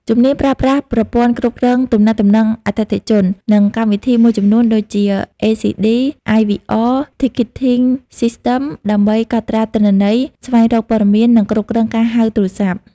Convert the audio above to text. ជំនាញប្រើប្រាស់ប្រព័ន្ធគ្រប់គ្រងទំនាក់ទំនងអតិថិជន និងកម្មវិធីមួយចំនួន ដូចជា ACD, IVR, Ticketing System ដើម្បីកត់ត្រាទិន្នន័យ ស្វែងរកព័ត៌មាន និងគ្រប់គ្រងការហៅទូរស័ព្ទ។